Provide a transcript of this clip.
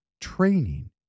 training